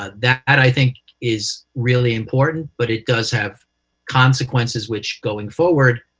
ah that, i think, is really important, but it does have consequences which, going forward,